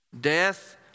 Death